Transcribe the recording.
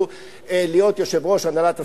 להיות יושב-ראש הנהלת הסוכנות היהודית.